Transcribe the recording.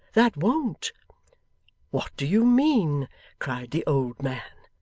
that won't what do you mean cried the old man.